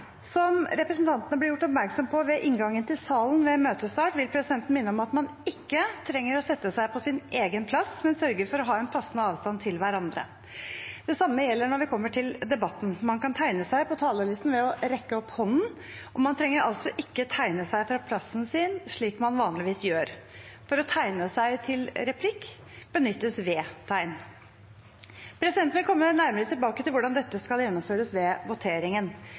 Som representantene ble gjort oppmerksom på ved inngangen til salen ved møtestart, vil presidenten minne om at man ikke trenger å sette seg på sin egen plass, men sørge for å ha en passende avstand til hverandre. Det samme gjelder når vi kommer til debatten. Man kan tegne seg på talerlisten ved å rekke opp hånden. Man trenger altså ikke tegne seg fra plassen sin slik man vanligvis gjør. For å tegne seg til replikk benyttes V-tegn. Presidenten vil komme nærmere tilbake til hvordan dette skal gjennomføres ved voteringen.